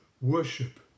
worship